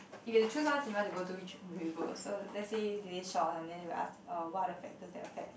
if you have to choose one cinema to go which will you go so lets say they say Shaw or something then we will ak uh what are the factors that affect